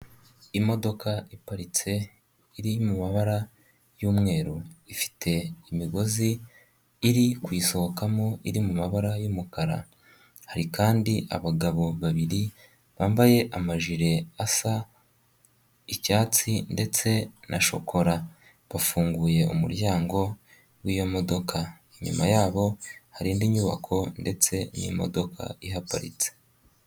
Imodoka iparitse iri mu mabara y'umweru ifite imigozi iri kuyisohokamo iri mu mabara y'umukara; hari kandi abagabo babiri bambaye amajiri asa icyatsi ndetse na shokora; bafunguye umuryango w'yo modoka; inyuma yabo hari indi nyubako ndetse n'imodoka iparitse.